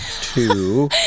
two